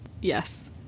Yes